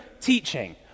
teaching